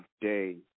day